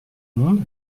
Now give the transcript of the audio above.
monde